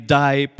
die